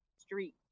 street